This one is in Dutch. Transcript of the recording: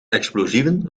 explosieven